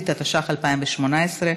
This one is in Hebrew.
התשע"ח-2018,